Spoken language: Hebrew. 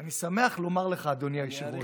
אני שמח לומר לך, אדוני היושב-ראש,